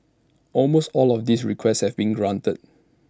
almost all of these requests had been granted